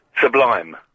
Sublime